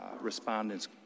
respondents